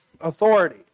authority